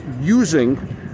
using